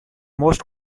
most